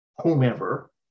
whomever